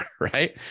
right